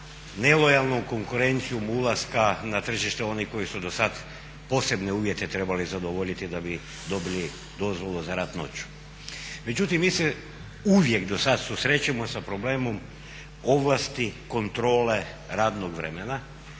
nelojalnu konkurencijom ulaska na tržište onih koji su do sada posebne uvjete trebali zadovoljiti da bi dobili dozvolu za rad noću. Međutim mi se uvijek do sada susrećemo sa problemom ovlasti kontrole radnog vremena